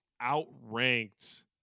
outranked